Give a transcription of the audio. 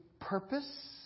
purpose